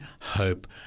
hope